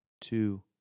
two